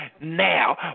now